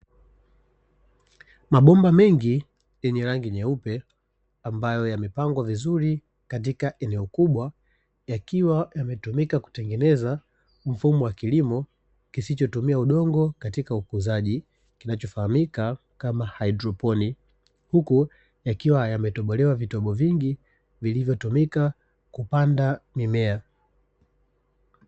Mabomba mengi yenye rangi nyeupe ambayo yamepangwa vizuri katika eneo kubwa, yakiwa yametumika kutengeneza mfumo wa kilimo kisichotumia udongo katika ukuzaji, kinachofahamika kama hydroponi huku ikiwa yametobolewa vitobo vingi vilivyotumika kupanda mimea.